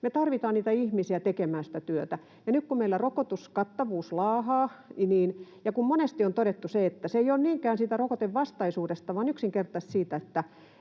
tarvitaan niitä ihmisiä tekemään sitä työtä. Ja nyt meillä rokotuskattavuus laahaa, ja monesti on todettu se, että kyse ei ole niinkään siitä rokotevastaisuudesta vaan yksinkertaisesti siitä,